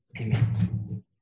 Amen